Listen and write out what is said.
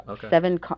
seven